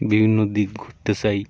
বিভিন্ন দিক ঘুুরতে চাই